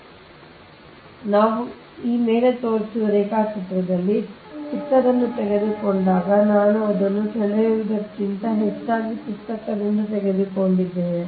ಆದ್ದರಿಂದ ನಾವು ಈ ರೇಖಾಚಿತ್ರದಲ್ಲಿ ಚಿಕ್ಕದನ್ನು ತೆಗೆದುಕೊಂಡಾಗ ನಾನು ಅದನ್ನು ಸೆಳೆಯುವುದಕ್ಕಿಂತ ಹೆಚ್ಚಾಗಿ ಪುಸ್ತಕದಿಂದ ತೆಗೆದುಕೊಂಡಿದ್ದೇನೆ